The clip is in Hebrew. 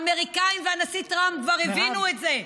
האמריקאים והנשיא טראמפ כבר הבינו את זה,